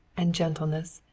and gentleness,